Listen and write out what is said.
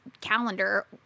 calendar